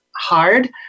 hard